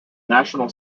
national